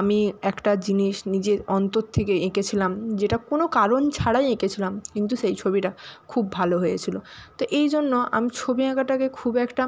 আমি একটা জিনিস নিজে অন্তর থেকে এঁকেছিলাম যেটা কোনও কারণ ছাড়াই এঁকেছিলাম কিন্তু সেই ছবিটা খুব ভালো হয়েছিল তো এই জন্য আমি ছবি আঁকাটাকে খুব একটা